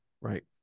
Right